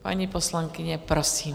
Paní poslankyně, prosím.